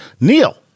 Neil